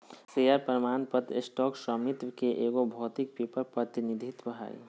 share प्रमाण पत्र stock स्वामित्व के एगो भौतिक पेपर प्रतिनिधित्व हइ